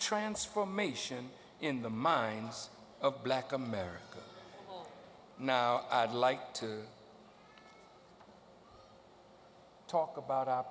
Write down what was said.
transformation in the minds of black america now like to talk about